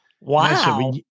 Wow